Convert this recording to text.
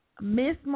Miss